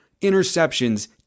interceptions